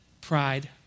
pride